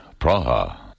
Praha